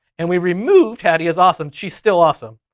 and we removed hattie is awesome. she's still awesome.